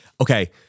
Okay